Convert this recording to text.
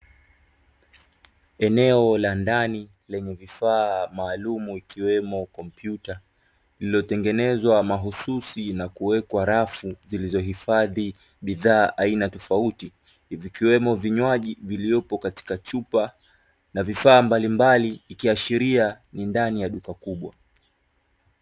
Eneo la ndani lenye vifaa maalumu ikiwemo kompyuta, iliyotengenezwa mahususi na kuwekwa rafu zilizohifadhi bidhaa aina tofauti, vikiwemo vinywaji viliyopo katika chupa na vifaa mbalimbali ikiashiria ni ndani ya duka kubwa.